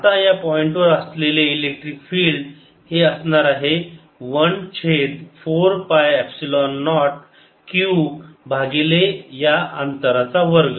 आता या पॉईंटवर असलेले इलेक्ट्रिक फील्ड हे असणार आहे 1 छेद 4 पाय एपसिलोन नॉट q भागिले या अंतराचा वर्ग